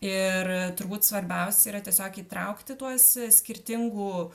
ir turbūt svarbiausia yra tiesiog įtraukti tuos skirtingų